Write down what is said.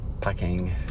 packing